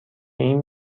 این